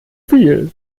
viel